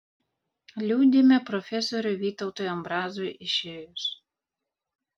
liūdime profesoriui vytautui ambrazui išėjus